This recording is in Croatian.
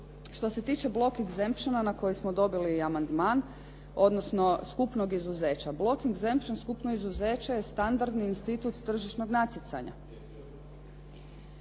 Što se tiče block exemptiona na koji smo dobili amandman, odnosno skupnog izuzeća. Block exemption, skupno izuzeće je standardni institut tržišnog natjecanja.